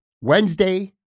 Wednesday